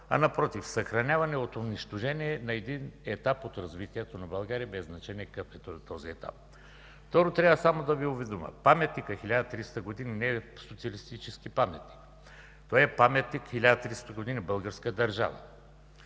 а напротив – съхраняване от унищожение на един етап от развитието на България, без значение какъв е този етап. Второ, трябва да Ви уведомя – Паметникът „1300 години” не е социалистически паметник, а е Паметник „1300 години българска държава”.